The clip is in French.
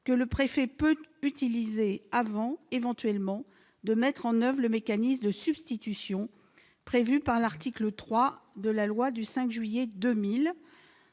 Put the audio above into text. que le préfet peut utiliser avant, éventuellement, de mettre en oeuvre le mécanisme de substitution prévu à l'article 3 de la loi du 5 juillet 2000